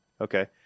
Okay